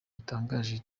bitangaje